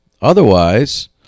Otherwise